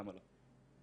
למה לא.